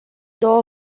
două